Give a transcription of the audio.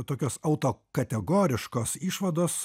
tokios auto kategoriškos išvados